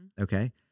Okay